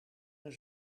een